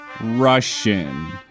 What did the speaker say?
Russian